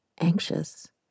anxious